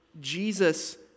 Jesus